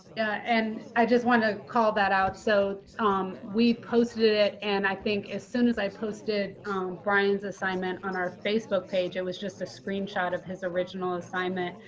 and i just want to call that out. so we posted it and i think as soon as i posted brian's assignment on our facebook page, it was just a screenshot of his original assignment,